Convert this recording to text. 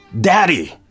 Daddy